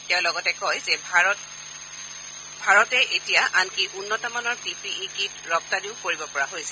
তেওঁ লগতে কয় যে ভাৰতে এতিয়া আনকি উন্নত মানৰ পি পি ই কীট ৰপ্তানিও কৰিব পৰা হৈছে